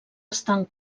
estan